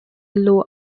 low